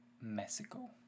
Mexico